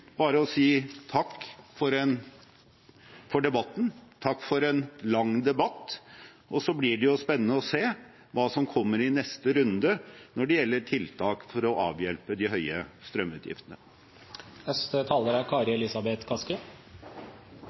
bare å si takk for debatten – takk for en lang debatt. Så blir det spennende å se hva som kommer i neste runde når det gjelder tiltak for å avhjelpe de høye